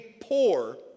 poor